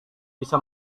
bisa